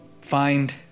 find